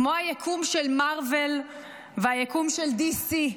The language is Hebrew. כמו היקום של מארוול והיקום של DC,